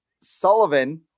Sullivan